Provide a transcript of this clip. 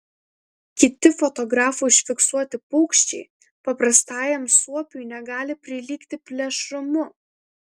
kiti fotografų užfiksuoti paukščiai paprastajam suopiui negali prilygti plėšrumu